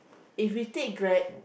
if we take Grab